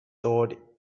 sword